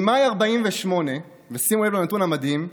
ממאי 1948, שימו לב לנתון המדהים,